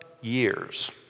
years